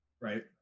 Right